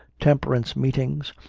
temperance meet ings,